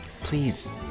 Please